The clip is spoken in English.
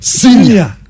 senior